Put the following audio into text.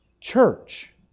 church